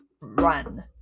Run